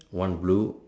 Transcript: one blue